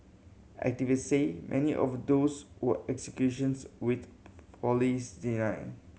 activists say many of those were executions which police deny